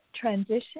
transition